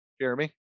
Jeremy